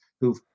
who've